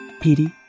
Petey